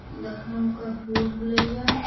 لکھنؤ کا بھول بھلیا